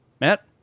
Matt